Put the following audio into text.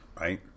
right